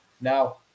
Now